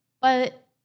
But-